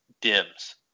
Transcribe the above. dims